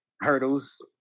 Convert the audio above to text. hurdles